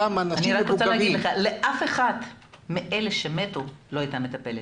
אני רוצה לומר לך שלאף אחד מאלה שמתו לא הייתה מטפלת.